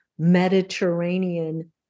Mediterranean